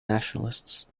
nationalists